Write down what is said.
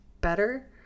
better